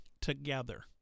together